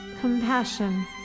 compassion